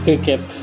cricket